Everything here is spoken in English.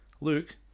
Luke